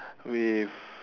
with